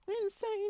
Insane